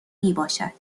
میباشد